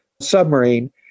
submarine